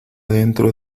dentro